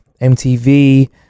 MTV